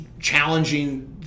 challenging